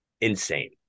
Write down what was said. insane